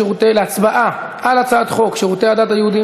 להצבעה על הצעת חוק שירותי הדת היהודיים